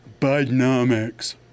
Bidenomics